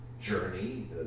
journey